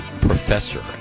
professor